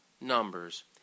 numbers